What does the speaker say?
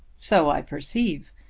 so i perceive.